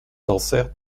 dansaert